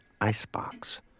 icebox